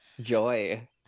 joy